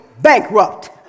bankrupt